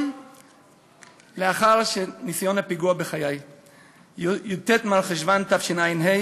לאחר ניסיון הפיגוע בחיי בי"ט במרחשוון תשע"ה,